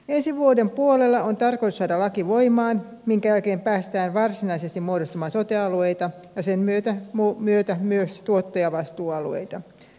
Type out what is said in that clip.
ensi vuoden puolella on tarkoitus saada laki voimaan minkä jälkeen päästään varsinaisesti muodostamaan sote alueita ja sen myötä myös tuottajavastuualueita